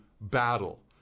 battle